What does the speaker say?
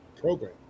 program